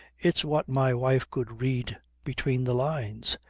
it's what my wife could read between the lines.